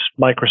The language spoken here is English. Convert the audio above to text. Microsoft